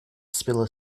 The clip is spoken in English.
spiller